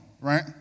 right